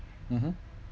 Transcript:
mmhmm